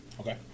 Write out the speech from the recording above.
Okay